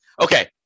Okay